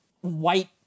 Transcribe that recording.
white